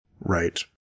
Right